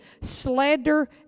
slander